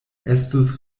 estus